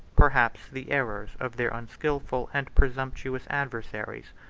perhaps the errors, of their unskilful and presumptuous adversaries.